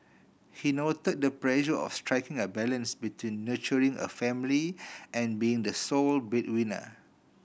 he noted the pressure of striking a balance between nurturing a family and being the sole breadwinner